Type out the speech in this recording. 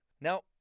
Now